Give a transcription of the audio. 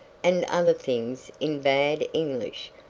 and other things in bad english,